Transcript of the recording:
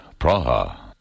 Praha